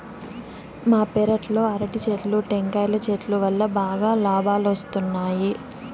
మా పెరట్లో అరటి చెట్లు, టెంకాయల చెట్టు వల్లా బాగా లాబాలొస్తున్నాయి